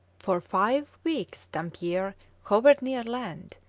for five weeks dampier hovered near land,